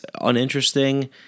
uninteresting